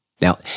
Now